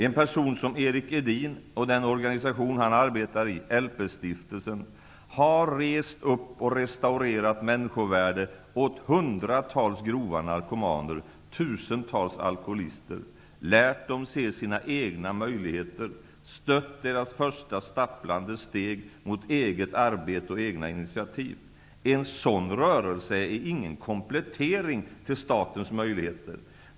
En person som Erik Edin och den organisation han arbetar i, LP-stiftelsen, har rest upp och restaurerat människovärde åt hundratals grova narkomaner, tusentals alkoholister, lärt dem se sina egna möjligheter, stött deras första stapplande steg mot eget arbete och egna initiativ. En sådan rörelse är ingen komplettering till statens möjligheter.